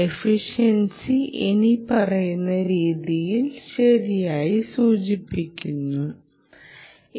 efficiency ഇനിപ്പറയുന്ന രീതിയിൽ ശരിയായി സൂചിപ്പിക്കാൻ കഴിയും